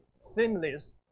seamless